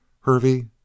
Hervey